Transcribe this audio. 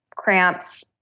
cramps